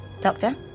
Doctor